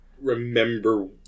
remember